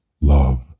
love